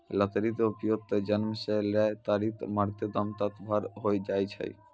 लकड़ी के उपयोग त जन्म सॅ लै करिकॅ मरते दम तक पर होय छै भाय